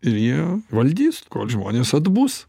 ir jie valdys kol žmonės atbus